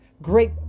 great